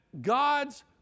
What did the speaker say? God's